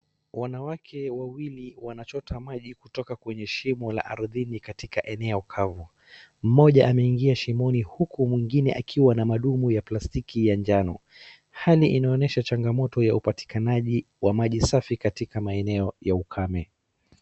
Wanawake wawili wanachota maji kutoka kwenye shimo la ardhini katika eneo kavu. Mmoja ameingia shimoni huku mwingine akiwa na madumu ya plastiki ya jano. Hali inaonyesha changamoto ya upatikanaji wa maji safi katika maeneo ya ukame.